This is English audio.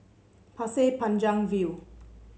Pasir Panjang View